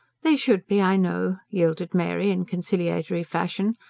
they should be, i know, yielded mary in conciliatory fashion.